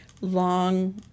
long